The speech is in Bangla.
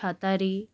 খাতারি